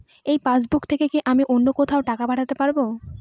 এই পাসবুক থেকে কি আমি অন্য কোথাও টাকা পাঠাতে পারব?